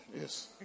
Yes